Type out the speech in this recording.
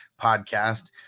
podcast